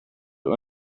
och